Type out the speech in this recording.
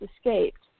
escaped